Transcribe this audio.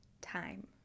time